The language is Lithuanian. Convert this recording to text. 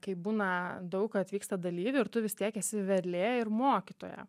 kai būna daug atvyksta dalyvių ir tu vis tiek esi vedlė ir mokytoja